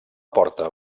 porta